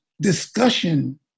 discussion